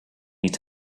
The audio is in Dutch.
niet